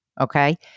okay